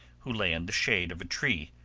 who lay in the shade of a tree.